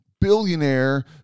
billionaire